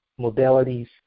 modalities